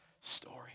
story